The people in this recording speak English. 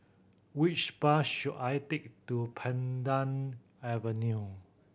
which bus should I take to Pandan Avenue